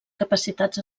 capacitats